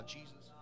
Jesus